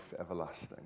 everlasting